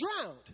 drowned